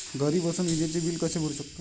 घरी बसून विजेचे बिल कसे भरू शकतो?